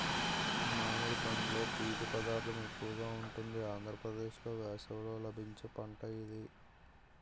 మామిడి పండులో పీచు పదార్థం ఎక్కువగా ఉంటుంది ఆంధ్రప్రదేశ్లో వేసవిలో లభించే పంట ఇది